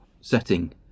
setting